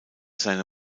seine